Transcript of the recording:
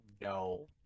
no